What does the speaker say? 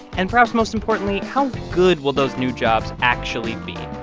and perhaps most importantly, how good will those new jobs actually be?